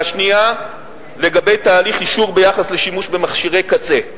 והשנייה לגבי תהליך אישור ביחס לשימוש במכשירי קצה.